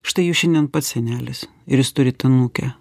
štai jūs šiandien pat senelis ir jūs turit anūkę